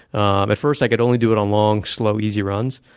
um at first, i could only do it on long, slow, easy runs.